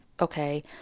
okay